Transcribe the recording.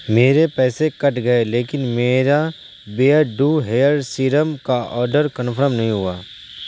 میرے پیسے کٹ گئے لیکن میرا بیئرڈو ہیئرس سیرم کا آرڈر کنفرم نہیں ہوا